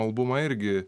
albumą irgi